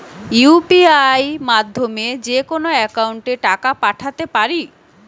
UPI মাধ্যমে যেকোনো একাউন্টে টাকা পাঠাতে পারি?